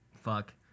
fuck